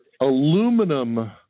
aluminum